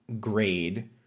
grade